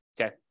Okay